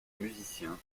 musicien